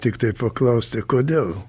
tiktai paklausti kodėl